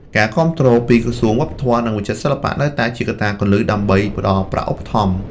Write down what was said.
ការគាំទ្រ ពីក្រសួងវប្បធម៌ និងវិចិត្រសិល្បៈនៅតែជាកត្តាគន្លឹះដើម្បីផ្តល់ប្រាក់ឧបត្ថម្ភ។